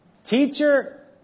Teacher